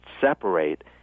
separate